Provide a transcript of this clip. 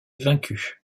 vaincu